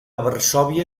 varsòvia